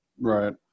Right